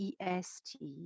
EST